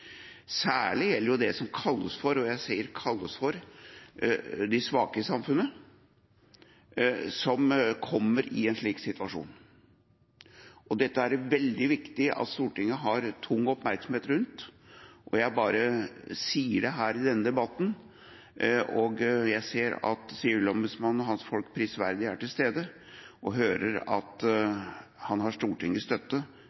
Særlig gjelder det dem som kalles for – og jeg sier kalles for – de svake i samfunnet som kommer i en slik situasjon. Dette er det veldig viktig at Stortinget har tung oppmerksomhet rundt, og jeg sier det i denne debatten. Jeg ser at sivilombudsmannen og hans folk prisverdig er til stede og hører at han har Stortingets støtte